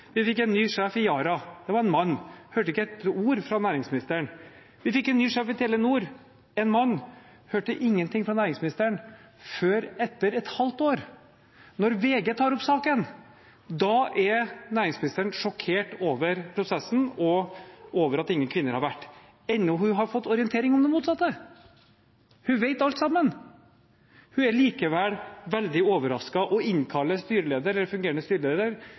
Vi fikk en ny sjef i Yara. Det er en mann. Vi hørte ikke et ord fra næringsministeren. Vi fikk en ny sjef i Telenor – en mann – og hørte ingenting fra næringsministeren før etter et halvt år. Når VG tar opp saken, er næringsministeren sjokkert over prosessen og over at ingen kvinner har vært med, enda hun har fått orientering om det motsatte. Hun vet alt sammen. Hun er likevel veldig overrasket og innkaller fungerende styreleder til et oppvaskmøte, der styreleder